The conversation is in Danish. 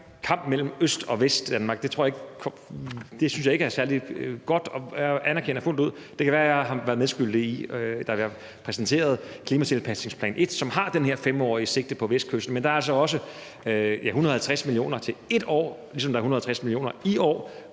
kamp mellem Øst- og Vestdanmark synes jeg ikke beskriver det særlig godt. Men jeg anerkender fuldt ud, at det kan være, at jeg er medskyldig i det, da jeg præsenterede klimatilpasningsplan 1, som har det her 5-årige sigte for Vestkysten. Men der er altså også 150 mio. kr. til 1 år, ligesom der er 150 mio. kr. i år,